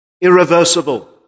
irreversible